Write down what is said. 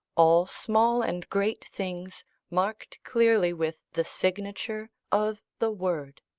all small and great things marked clearly with the signature of the word.